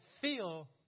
feel